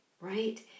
right